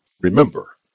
Remember